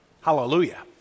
Hallelujah